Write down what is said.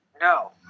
No